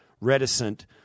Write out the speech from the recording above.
reticent